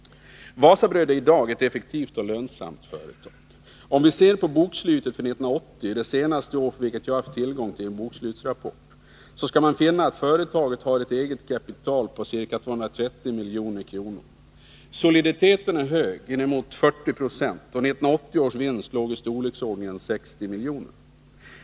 Wasabröd är i dag ett effektivt och lönsamt företag. Om vi ser på bokslutet för 1980, det senaste år för vilket jag har haft tillgång till bokslutsrapport, skall vi finna att företaget har ett eget kapital på ca 230 milj.kr. Soliditeten är hög, inemot 40 96, och 1980 års vinst låg i storleksordningen 60 milj.kr.